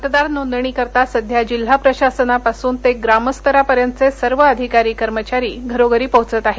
मतदार नोंदणीकरीता सध्या जिल्हा प्रशासनापासून ते ग्रामस्तरापर्यंतचे सर्व अधिकारी कर्मचारी घरोघरी पोहचत आहेत